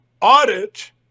audit